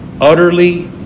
utterly